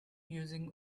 using